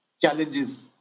challenges